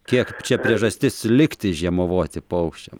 kiek čia priežastis likti žiemavoti paukščiam